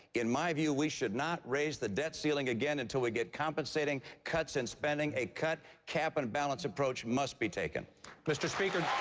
in my view, we should not raise the debt ceiling again until we get compensating cuts in spending. a cut, cap and balance approach must be taken. king mr. speaker.